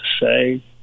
say